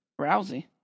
Rousey